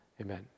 Amen